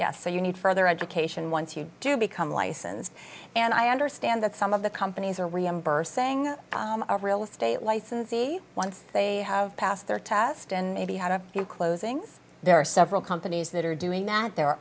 yes so you need further education once you do become licensed and i understand that some of the companies are reimbursed saying a real estate licensee once they have passed their test and maybe had a closings there are several companies that are doing that there are